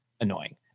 annoying